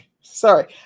sorry